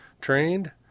trained